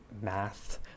math